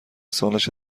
سالش